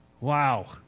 Wow